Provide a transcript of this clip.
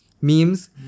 memes